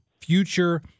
future